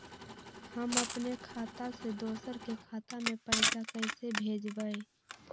हम अपने खाता से दोसर के खाता में पैसा कइसे भेजबै?